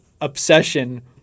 obsession